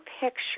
picture